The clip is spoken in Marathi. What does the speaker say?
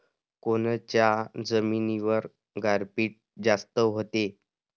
कोनच्या जमिनीवर गारपीट जास्त व्हते?